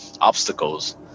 obstacles